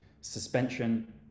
suspension